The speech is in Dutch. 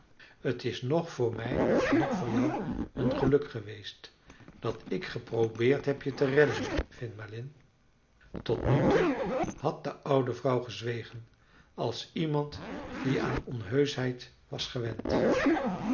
t is noch voor mij noch voor jou een geluk geweest dat ik geprobeerd heb je te redden finn malin tot nu toe had de oude vrouw gezwegen als iemand die aan onheuschheid was gewend